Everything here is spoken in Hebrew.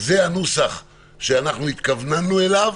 זה הנוסח שהתכווננו אליו.